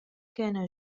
كان